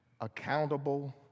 accountable